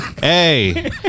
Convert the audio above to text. Hey